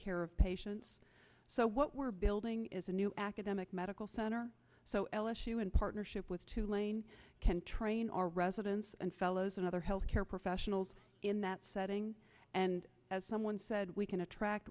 care of patients so what we're building is a new academic medical center so l issue in partnership with tulane can train our residents and fellows and other health care professionals in that setting and as someone said we can attract